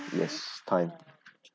yes time